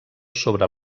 sobre